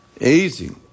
Easy